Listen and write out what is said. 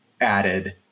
added